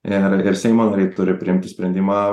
ir ir seimo nariai turi priimti sprendimą r